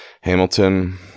Hamilton